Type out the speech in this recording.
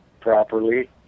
properly